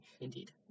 indeed